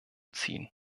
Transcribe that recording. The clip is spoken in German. ziehen